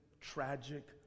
tragic